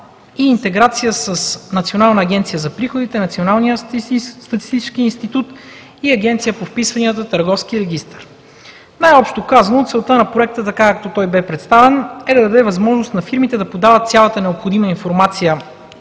и интеграция с Националната агенция за приходите, Националния статистически институт и Агенцията по вписванията в Търговския регистър. Най-общо казано, целта на Проекта, така както бе представен, е да даде възможност на фирмите да подават цялата необходима информация